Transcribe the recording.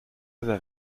vers